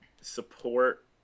support